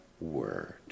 word